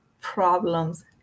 problems